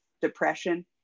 depression